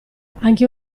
anche